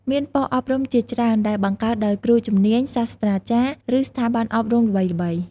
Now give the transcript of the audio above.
មានប៉ុស្តិ៍អប់រំជាច្រើនដែលបង្កើតដោយគ្រូជំនាញ សាស្ត្រាចារ្យ ឬស្ថាប័នអប់រំល្បីៗ។